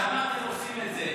--- למה אתם עושים את זה.